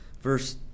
Verse